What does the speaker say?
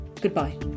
Goodbye